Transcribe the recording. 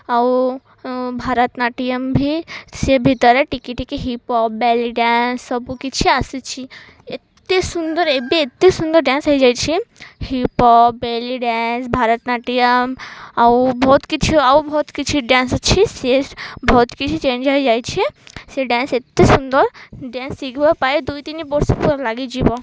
ଆଉ ଭାରତନାଟ୍ୟୟମ ସେ ଦ୍ୱାରା ଟିକେ ଟିକେ ହିପ୍ ହପ୍ ବେଲି ଡ୍ୟାନ୍ସ ସବୁ କିଛି ଆସିଛି ଏତେ ସୁନ୍ଦର ଏବେ ଏତେ ସୁନ୍ଦର ଡ୍ୟାନ୍ସ ହେଇଯାଇଛି hip hop belly dance Bharatanatyam ଆଉ ବହୁତ କିଛି ଆଉ ବହୁତ କିଛି ଡ୍ୟାନ୍ସ ଅଛି ସେ ବହୁତ କିଛି ଚେଞ୍ଜ ହେଇଯାଇଛି ସେ ଡ୍ୟାନ୍ସ ଏତେ ସୁନ୍ଦର ଡ୍ୟାନ୍ସ ଶିଖିବା ପାଇଁ ଦୁଇ ତିନି ବର୍ଷ ଲାଗିଯିବ